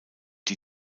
die